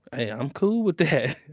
i am cool with that.